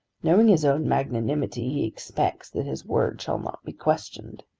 knowing his own magnanimity he expects that his word shall not be questioned.